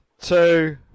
two